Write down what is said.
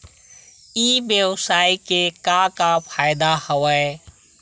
ई व्यवसाय के का का फ़ायदा हवय?